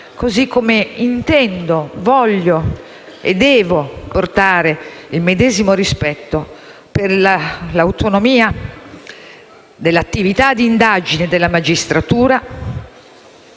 modo, intendo, voglio e devo portare il medesimo rispetto per l'autonomia dell'attività d'indagine della magistratura